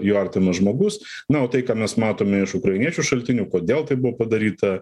jo artimas žmogus na o tai ką mes matome iš ukrainiečių šaltinių kodėl tai buvo padaryta